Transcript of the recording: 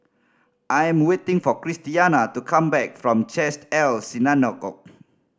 I am waiting for Christiana to come back from Chesed El Synagogue